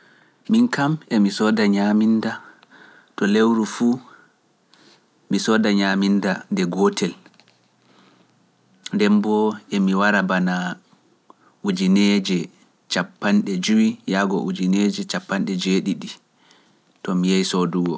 Miin kam emi sooda ñaaminnda to lewru fuu, mi sooda ñaaminnda nde gootel, nden boo emi wara bana ujineeje capanɗe jowi yahgo ujineeje cappanɗe joweeɗiɗi, to mi yahii soodugo.